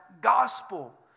gospel